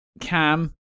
Cam